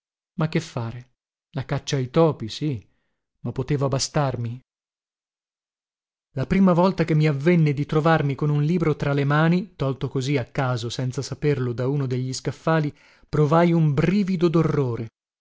ma che fare la caccia ai topi sì ma poteva bastarmi la prima volta che mi avvenne di trovarmi con un libro tra le mani tolto così a caso senza saperlo da uno degli scaffali provai un brivido